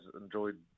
enjoyed